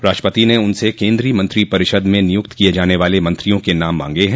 राष्ट्रपति ने उनसे केन्द्रीय मंत्री परिषद में नियुक्त किये जाने वाले मंत्रियों के नाम मांगे हैं